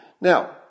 Now